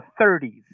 30s